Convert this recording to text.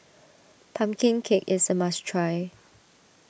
Pumpkin Cake is a must try